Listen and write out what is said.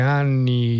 anni